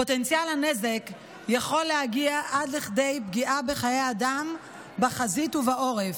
פוטנציאל הנזק יכול להגיע עד לכדי פגיעה בחיי אדם בחזית ובעורף,